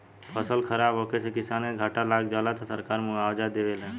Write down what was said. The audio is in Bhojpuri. फसल खराब होखे से किसान के घाटा लाग जाला त सरकार मुआबजा देवेला